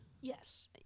Yes